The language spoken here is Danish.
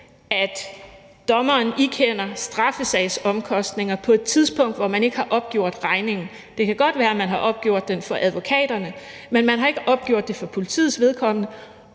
at dommeren ikender straffesagsomkostninger på et tidspunkt, hvor man ikke har opgjort regningen. Det kan godt være, at man har opgjort den for advokaterne, men man har ikke opgjort det for politiets vedkommende,